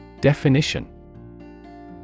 Definition